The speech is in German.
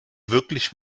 wirklich